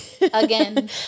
Again